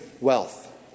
wealth